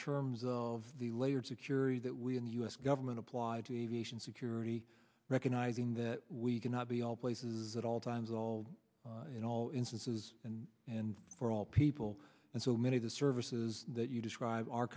terms of the layered security that we in the u s government applied to evasion security recognizing that we cannot be all places at all times all in all instances and and for all people and so many of the services that you describe